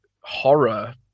horror